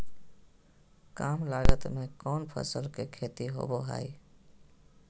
काम लागत में कौन फसल के खेती होबो हाय?